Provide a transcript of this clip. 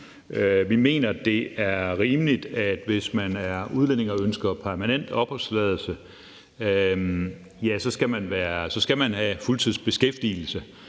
Vi mener, det er rimeligt, at hvis man er udlænding og ønsker permanent opholdstilladelse, skal man have fuldtidsbeskæftigelse,